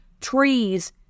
Trees